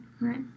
right